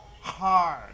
hard